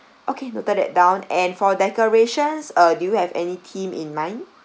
okay noted that down and for decorations uh do you have any theme in mind